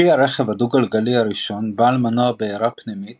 כלי הרכב הדו-גלגלי הראשון בעל מנוע בעירה פנימית